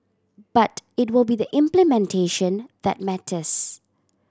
but it will be the implementation that matters